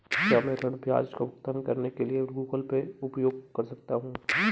क्या मैं ऋण ब्याज का भुगतान करने के लिए गूगल पे उपयोग कर सकता हूं?